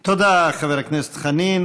תודה, חבר הכנסת חנין.